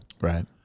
Right